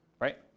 right